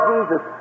Jesus